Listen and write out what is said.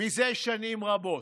מזה שנים רבות.